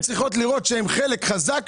הן צריכות לראות שהן חלק חזק,